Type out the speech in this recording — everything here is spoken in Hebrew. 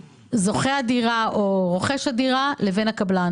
הזוכה בדירה או רוכש הדירה לבין הקבלן.